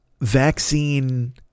vaccine